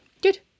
Good